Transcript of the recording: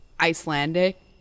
Icelandic